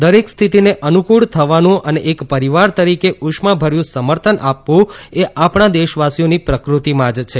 દરેક સ્થિતિને અનુકૂળ થવાનું અને એક પરિવાર તરીકે ઉષ્માભર્યું સમર્થન આપવું એ આપણા દેશવાસીઓની પ્રકૃતિનાં જ છે